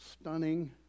stunning